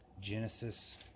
Genesis